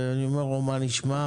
אני אומר לו: מה נשמע?